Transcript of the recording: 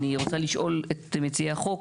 אני רוצה לשאול את מציעי החוק: